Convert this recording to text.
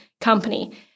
company